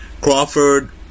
Crawford